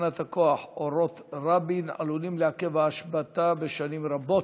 שבתחנת הכוח "אורות רבין" עלולים לעכב את ההשבתה בשנים רבות,